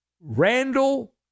Randall